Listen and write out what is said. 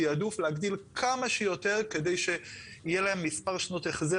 תיעדוף להגדיל כמה שיותר כדי שיהיה להן מספר שנות החזר